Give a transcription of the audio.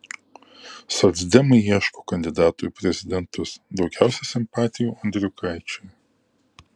socdemai ieško kandidato į prezidentus daugiausiai simpatijų andriukaičiui